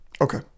Okay